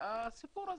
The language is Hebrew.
הסיפור הזה.